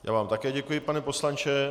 Já vám také děkuji, pane poslanče.